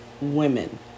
women